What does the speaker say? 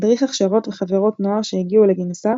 הדריך הכשרות וחברות נוער שהגיעו לגינוסר,